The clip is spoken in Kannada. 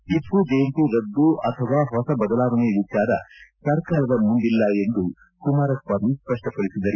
ಟಪ್ಪು ಜಯಂತಿ ರದ್ದು ಅಥವಾ ಹೊಸ ಬದಲಾವಣೆ ವಿಚಾರ ಸರ್ಕಾರದ ಮುಂದಿಲ್ಲ ಎಂದು ಕುಮಾರಸ್ವಾಮಿ ಸ್ಪಷ್ಟಪಡಿಸಿದರು